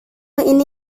ini